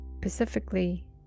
specifically